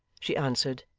she answered,